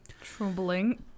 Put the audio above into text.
Troubling